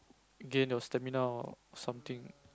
gain your stamina or something